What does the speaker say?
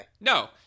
no